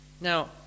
Now